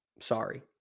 sorry